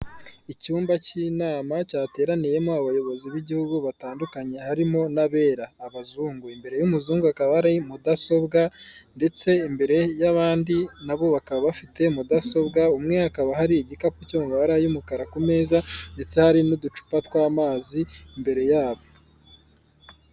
Icyumba cy'inama cyateraniyemo abayobozi b'igihugu batandukanye harimo n'abera abazungu, imbere y'umuzungu hakaba hari mudasobwa ndetse imbere y'abandi na bo bakaba bafite mudasobwa, umwe hakaba hari igikapu cyo mu mabara y'umukara ku meza ndetse hari n'uducupa tw'amazi imbere yabo.